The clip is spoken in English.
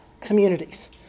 communities